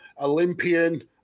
Olympian